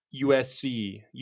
USC